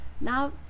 now